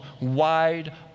wide